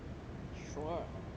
sure you know